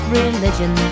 religion